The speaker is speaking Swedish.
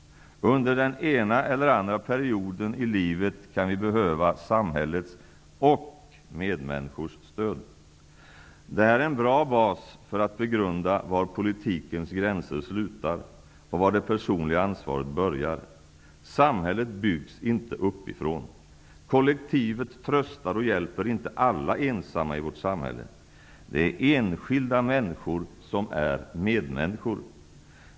Under den ena eller den andra perioden i livet kan vi behöva samhällets och medmänniskors stöd. Det här är en bra bas för att begrunda var politikens gränser slutar och var det personliga ansvaret börjar. Samhället byggs inte uppifrån. Kollektivet tröstar och hjälper inte alla ensamma i vårt samhälle. Det är enskilda människor som är medmänniskor.